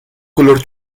color